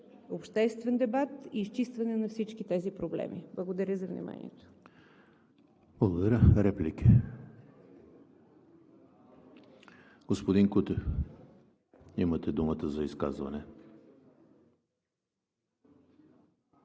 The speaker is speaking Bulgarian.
обществен дебат и изчистване на всички тези проблеми. Благодаря за вниманието. ПРЕДСЕДАТЕЛ ЕМИЛ ХРИСТОВ: Благодаря. Реплики? Господин Кутев, имате думата за изказване.